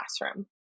classroom